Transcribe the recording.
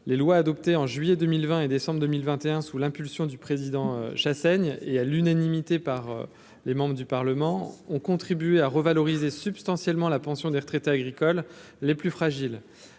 les lois adoptées en juillet 2020 et décembre 2021 sous l'impulsion du président Chassaigne et à l'unanimité par les membres du Parlement ont contribué à revaloriser substantiellement la pension des retraités agricoles les plus fragiles,